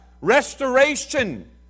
restoration